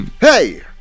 Hey